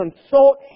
consult